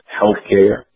healthcare